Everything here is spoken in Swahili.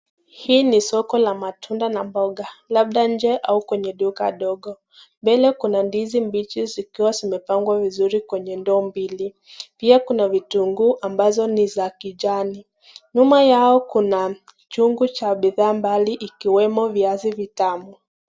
Hii ni soko la matunda na mboga labda nje au kwenye duka dogo, mbele kuna ndizi mbichi zikiwa zimepangwa vizuri kwenye ndoo mbili, pia kuna vitunguu ambazo ni za kijani, nyuma yao kuna chungu cha bidhaa mbali ikiwemoo viazi vitamu.